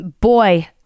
boy